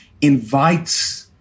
invites